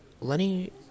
Lenny